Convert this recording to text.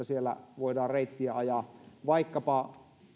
siellä voidaan reittiä ajaa vaikkapa